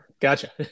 gotcha